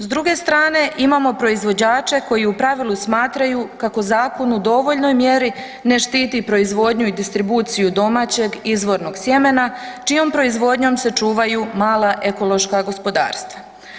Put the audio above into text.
S druge strane imamo proizvođače koji u pravilu smatraju kako zakon u dovoljnoj mjeri ne štiti proizvodnju i distribuciju domaćeg izvornog sjemena čijom proizvodnjom se čuvaju mala ekološka gospodarstva.